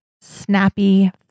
snappy